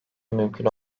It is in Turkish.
mümkün